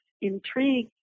intrigued